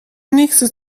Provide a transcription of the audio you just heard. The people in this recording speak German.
nächste